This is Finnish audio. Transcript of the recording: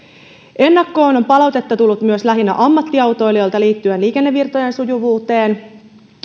ennakkoon on palautetta tullut myös lähinnä ammattiautoilijoilta liittyen liikennevirtojen sujuvuuteen